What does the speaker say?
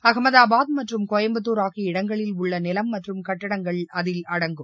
அகமதாபாத் மற்றும் கோயம்புத்தூர் ஆகிய இடங்களில் உள்ள நிலம் மற்றும் கட்டடங்கள் இதில் அடங்கும்